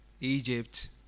Egypt